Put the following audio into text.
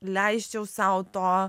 leisčiau sau to